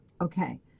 Okay